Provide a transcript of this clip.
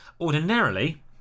ordinarily